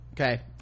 Okay